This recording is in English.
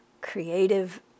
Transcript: creative